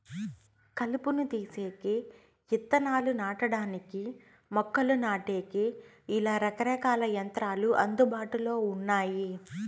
కలుపును తీసేకి, ఇత్తనాలు నాటడానికి, మొక్కలు నాటేకి, ఇలా రకరకాల యంత్రాలు అందుబాటులో ఉన్నాయి